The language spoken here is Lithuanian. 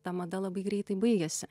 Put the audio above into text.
ta mada labai greitai baigiasi